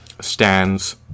stands